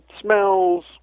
smells